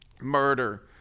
murder